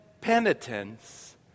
penitence